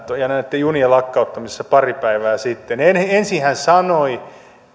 näitten junien lakkauttamisissa pari päivää sitten ensin hän sanoi